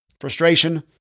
frustration